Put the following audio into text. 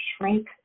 shrink